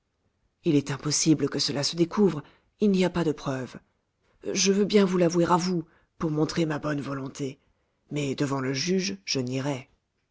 il est impossible que cela se découvre il n'y a pas de preuves je veux bien vous l'avouer à vous pour montrer ma bonne volonté mais devant le juge je nierais